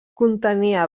contenia